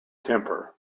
temper